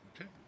Okay